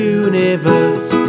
universe